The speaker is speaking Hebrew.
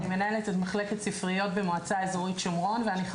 אני מנהלת את מחלקת ספריות במועצה אזורית שומרון,